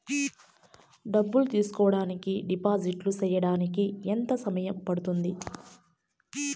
డబ్బులు తీసుకోడానికి డిపాజిట్లు సేయడానికి ఎంత సమయం పడ్తుంది